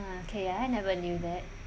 okay I never knew that